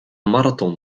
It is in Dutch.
marathon